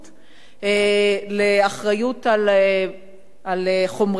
לאחריות על חומרי הלימוד,